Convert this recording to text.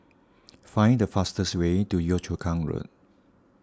find the fastest way to Yio Chu Kang Road